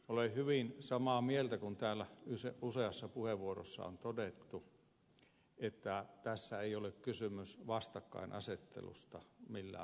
olen hyvin samaa mieltä kuin täällä useassa puheenvuorossa on todettu että tässä ei ole kysymys vastakkainasettelusta millään muotoa